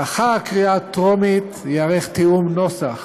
לאחר הקריאה הטרומית ייערך תיאום נוסח